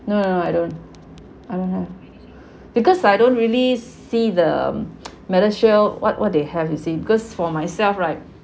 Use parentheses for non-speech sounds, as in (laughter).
no no no I don't I don't have because I don't really see the (noise) medishield what what they have you see because for myself right